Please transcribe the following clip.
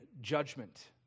judgment